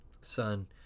son